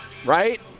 Right